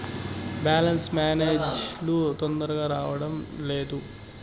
Balance message లు తొందరగా రావడం లేదు?